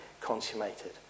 consummated